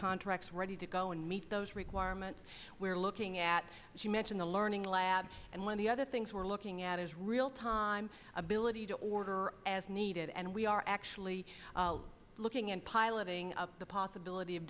contracts ready to go and meet those requirements we're looking at as you mention the learning lab and one of the other things we're looking at is real time ability to order as needed and we are actually looking at piloting up the possibility of